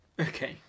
Okay